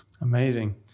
Amazing